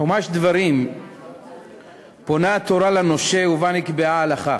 בחומש דברים פונה התורה לנושה, ובה נקבעה ההלכה: